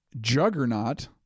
Juggernaut